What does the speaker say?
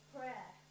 Prayer